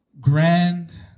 grand